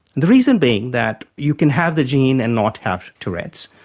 the reason being that you can have the gene and not have tourette's,